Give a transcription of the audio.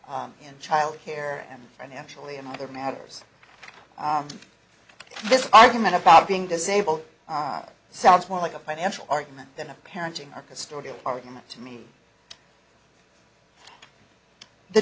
s in child care and financially and either matters this argument about being disabled sounds more like a financial argument than a parenting or custodial argument to me the